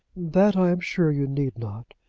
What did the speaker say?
that i am sure you need not.